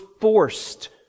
forced